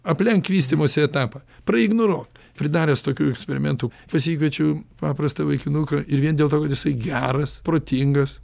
aplenk vystymosi etapą praignoruok pridaręs tokių eksperimentų pasikviečiau paprastą vaikinuką ir vien dėl to kad jisai geras protingas